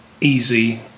easy